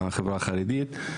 ערבית.